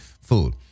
food